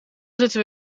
zitten